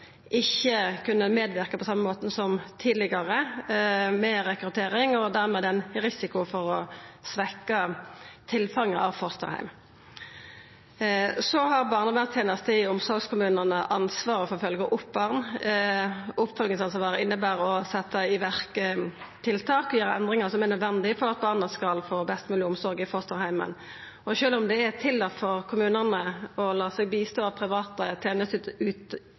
ikkje kunne medverka på same måten som tidlegare med rekruttering, og at det dermed var ein risiko for å svekkja tilfanget av fosterheimar. Så har barnevernstenestene i omsorgskommunane ansvaret for å følgja opp barn. Oppfølgingsansvaret inneber å setja i verk tiltak og gjera endringar som er nødvendige for at barna skal få best mogleg omsorg i fosterheimen. Sjølv om det er tillate for kommunane å få bistand av private